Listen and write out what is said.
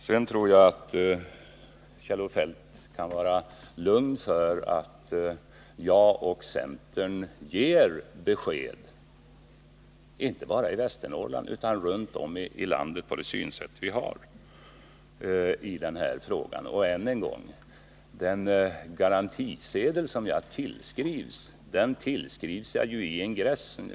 Sedan tror jag att Kjell-Olof Feldt kan vara lugn för att jag och centern ger besked —-inte bara i Västernorrland utan runt om i landet — om det synsätt som vi har i denna fråga. Och än en gång: Den garantisedel som jag tillskrivs, den tillskrivs jag ju i ingressen till artikeln.